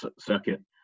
circuit